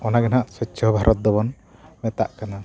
ᱚᱱᱟᱜᱮ ᱱᱟᱦᱟᱜ ᱥᱚᱪᱪᱷᱚ ᱵᱷᱟᱨᱚᱛ ᱫᱚᱵᱚᱱ ᱢᱮᱛᱟᱜ ᱠᱟᱱᱟ